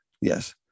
Yes